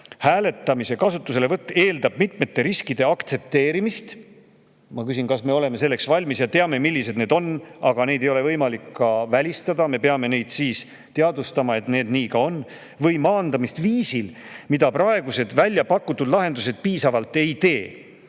hääletamise kasutuselevõtt eeldab mitmete riskide aktsepteerimist [Ma küsin, kas me oleme selleks valmis ja teame, millised need on, aga neid ei ole võimalik ka välistada, me peame siis teadvustama, et need nii ka on. – H‑V. S.] või maandamist viisil, mida praegused välja pakutud lahendused piisavalt ei tee.